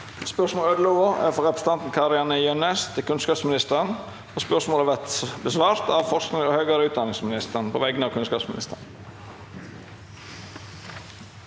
spørsmålet, frå repre- sentanten Kari-Anne Jønnes til kunnskapsministeren, vil verta svara på av forskings- og høgare utdanningsministeren på vegner av kunnskapsministeren,